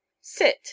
sit